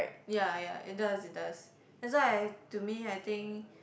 ya ya it does it does that's why I to me I think